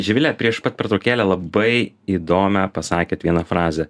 živile prieš pat pertraukėlę labai įdomią pasakėt vieną frazę